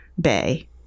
Bay